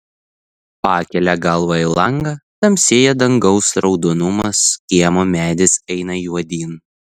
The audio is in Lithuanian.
pakelia galvą į langą tamsėja dangaus raudonumas kiemo medis eina juodyn